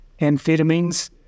amphetamines